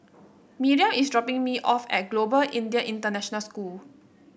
Miriam is dropping me off at Global Indian International School